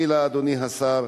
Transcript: אדוני השר,